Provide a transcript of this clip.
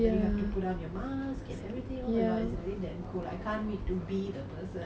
put on your mask and everything oh my god it's really damn cool lah I can't wait to be the person